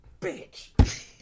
Bitch